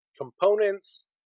components